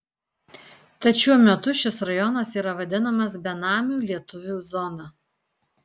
tad šiuo metu šis rajonas yra vadinamas benamių lietuvių zona